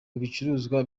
bicuruzwa